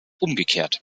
umgekehrt